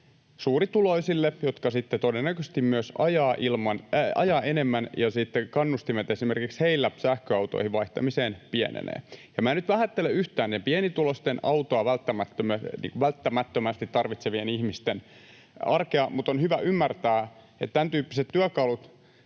suurituloisille, jotka sitten todennäköisesti myös ajavat enemmän ja sitten kannustimet esimerkiksi heillä sähköautoihin vaihtamiseen pienenee. Minä en nyt vähättele yhtään niiden pienituloisten autoa välttämättömästi tarvitsevien ihmisten arkea, mutta on hyvä ymmärtää, että tämän tyyppiset työkalut